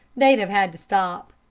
they'd have had to stop.